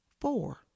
four